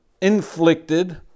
inflicted